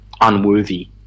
unworthy